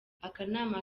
akanama